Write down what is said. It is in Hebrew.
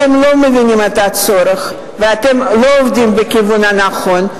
אתם לא מבינים את הצורך ואתם לא עובדים בכיוון הנכון.